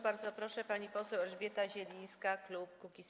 Bardzo proszę, pani poseł Elżbieta Zielińska, klub Kukiz’15.